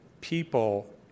people